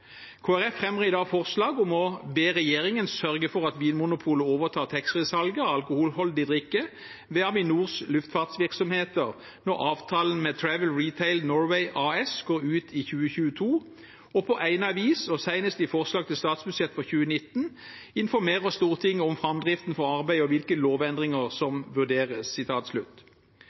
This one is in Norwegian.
Folkeparti står i dag bak et forslag om å be «regjeringen sørge for at Vinmonopolet overtar taxfree-salget av alkoholholdig drikke ved Avinors luftfartsvirksomheter når avtalen med Travel Retail Norway AS går ut i 2022, og på egnet vis, og senest i forslag til statsbudsjett for 2019, informere Stortinget om framdriften for arbeidet og hvilke lovendringer som